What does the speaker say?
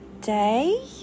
day